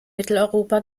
mitteleuropa